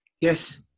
Yes